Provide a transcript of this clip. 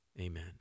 Amen